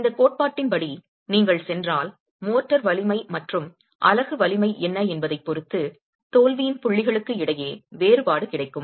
இந்தக் கோட்பாட்டின்படி நீங்கள் சென்றால் மோர்டார் வலிமை மற்றும் அலகு வலிமை என்ன என்பதைப் பொறுத்து தோல்வியின் புள்ளிகளுக்கு இடையே வேறுபாடு கிடைக்கும்